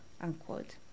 unquote